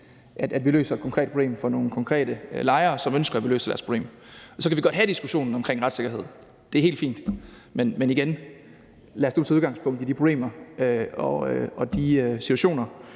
at vi løser et konkret problem for nogle konkrete lejere, som ønsker, at vi løser deres problem. Så kan vi godt have diskussionen omkring retssikkerhed, det er helt fint, men igen: Lad os nu tage udgangspunkt i de problemer og de situationer,